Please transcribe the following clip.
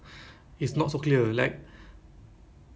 then weekends full day but they say